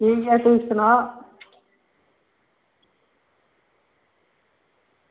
एह् में ठीक तू सना